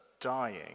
dying